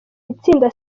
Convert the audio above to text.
itsinda